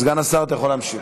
סגן השר, אתה יכול להמשיך.